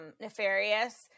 nefarious